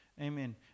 Amen